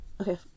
Okay